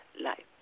life